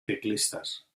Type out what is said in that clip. ciclistas